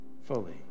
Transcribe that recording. fully